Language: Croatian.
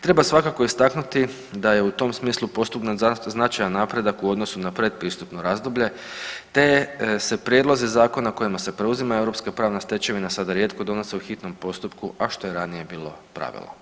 Treba svakako istaknuti da je u tom smislu postignut značajan napredak u odnosu na pretpristupno razdoblje te je se prijedlozi zakona kojima se preuzima europska pravna stečevina sada rijetko donose u hitnom postupku, a što je ranije bilo pravilo.